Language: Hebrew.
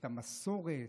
את המסורת.